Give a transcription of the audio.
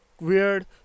weird